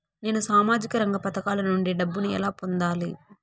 నేను సామాజిక రంగ పథకాల నుండి డబ్బుని ఎలా పొందాలి?